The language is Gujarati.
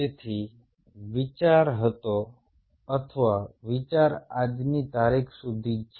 તેથી વિચાર હતો અથવા વિચાર આજની તારીખ સુધી છે